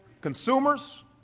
consumers